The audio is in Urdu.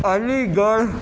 علی گڑھ